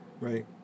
Right